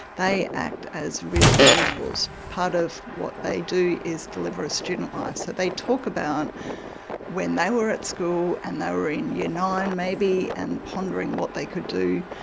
they act as real mentors. part of what they do is deliver a student life. so they talk about when they were at school and they were in year nine maybe and pondering what they could do,